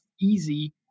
easy